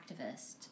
activist